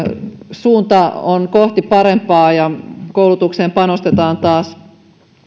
suunta on kohti parempaa ja koulutukseen panostetaan taas